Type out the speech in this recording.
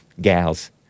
gals